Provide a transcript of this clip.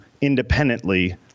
independently